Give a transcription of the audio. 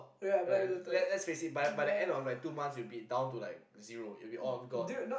right let's let's face it by by the end of like two months you will be down to like zero it will be all gone